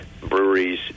breweries